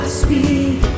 speak